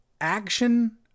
action